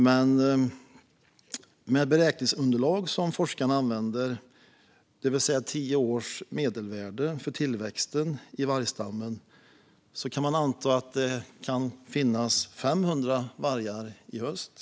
Med det beräkningsunderlag som forskarna använder - det vill säga tio års medelvärde för tillväxten i vargstammen - kan man anta att det kommer att finnas 500 vargar i höst.